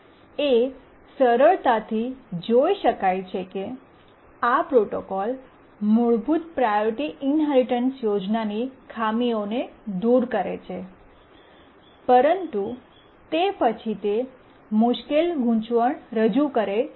એ સરળતાથી જોઈ શકાય છે કે આ પ્રોટોકોલ મૂળભૂત પ્રાયોરિટી ઇન્હેરિટન્સ યોજનાની ખામીઓને દૂર કરે છે પરંતુ તે પછી તે મુશ્કેલ ગૂંચવણ રજૂ કરે છે